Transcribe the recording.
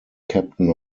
captain